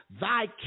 Thy